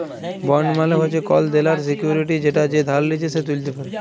bond মালে হচ্যে কল দেলার সিকুইরিটি যেটা যে ধার লিচ্ছে সে ত্যুলতে পারে